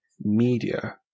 media